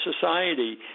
society